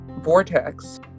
Vortex